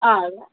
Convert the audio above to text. ಹೌದಾ